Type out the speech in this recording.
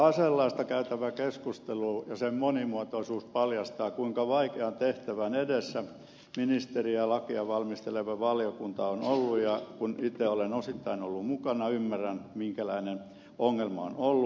tämä aselaista käytävä keskustelu ja sen monimuotoisuus paljastaa kuinka vaikean tehtävän edessä ministeri ja lakia valmisteleva valiokunta ovat olleet ja kun itse olen osittain ollut mukana ymmärrän minkälainen ongelma on ollut